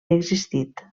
existit